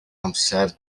amser